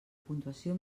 puntuació